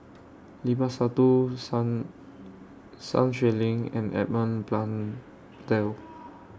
Limat Sabtu Sun Xueling and Edmund Blundell